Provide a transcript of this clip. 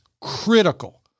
critical